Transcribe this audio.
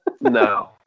No